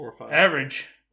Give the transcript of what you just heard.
average